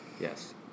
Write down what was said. Yes